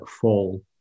fall